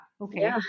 Okay